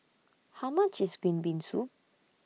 How much IS Green Bean Soup